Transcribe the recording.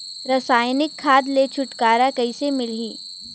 रसायनिक खाद ले छुटकारा कइसे मिलही?